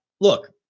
look